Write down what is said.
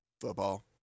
football